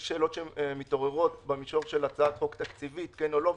יש שאלות שמתעוררות במישור של הצעת חוק תקציבית כן או לא,